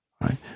right